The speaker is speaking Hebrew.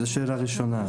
זו שאלה ראשונה.